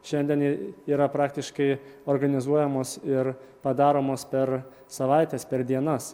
šiandien yra praktiškai organizuojamos ir padaromos per savaites per dienas